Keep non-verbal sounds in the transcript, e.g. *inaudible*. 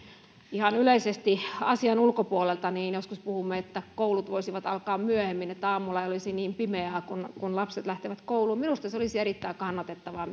ihan yleisesti asian ulkopuolelta niin kun joskus puhumme että koulut voisivat alkaa myöhemmin että aamulla ei olisi niin pimeää kun kun lapset lähtevät kouluun niin minusta myös se olisi erittäin kannatettavaa *unintelligible*